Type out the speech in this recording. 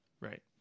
Right